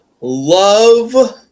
love